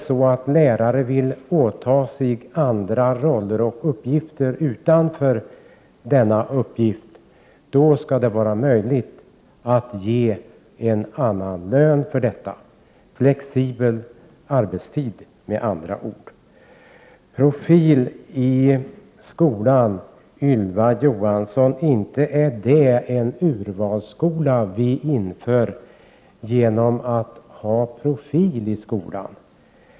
Om en lärare dock vill åta sig andra roller och uppgifter utöver sin egentliga uppgift, skall man ha möjlighet att ge en annan lön för detta. Det är med andra ord fråga om flexibel arbetstid. När det gäller profil i skolan vill jag säga till Ylva Johansson att vi inte inför en urvalsskola genom att ha profil i skolan.